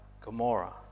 Gomorrah